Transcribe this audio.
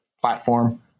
platform